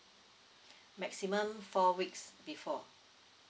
maximum four weeks before